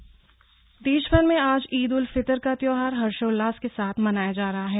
ईद उल फितर प्रदेशभर में आज ईद उल फितर का त्यौहार हर्षोल्लास के साथ मनाया जा रहा है